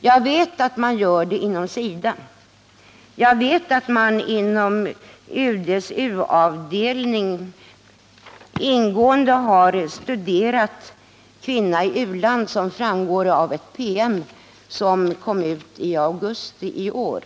Jag vet att man gör det inom SIDA , jag vet att man inom UD:s u-avdelning ingående har studerat Kvinna i u-land. Det framgår av en PM, som kom i augusti i år.